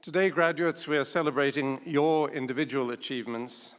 today graduates, we are celebrating your individual achievements